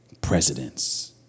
presidents